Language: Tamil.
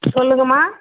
சொல்லுங்கம்மா